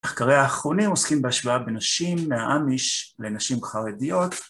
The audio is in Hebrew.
‫מחקריה האחרונים עוסקים בהשוואה ‫בין נשים מהאמיש ונשים חרדיות